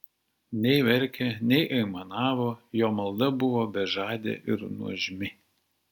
nei verkė nei aimanavo jo malda buvo bežadė ir nuožmi